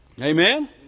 Amen